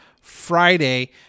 Friday